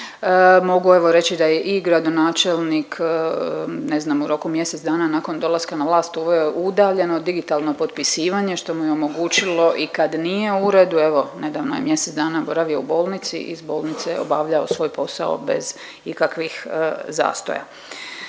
Mogu evo reći da je i gradonačelnik ne znam u roku mjesec dana nakon dolaska na vlast uveo udaljeno digitalno potpisivanje što mu je omogućilo i kad nije u uredu, evo nedavno je mjesec dana boravio u bolnici i iz bolnice je obavljao svoj posao bez ikakvih zastoja.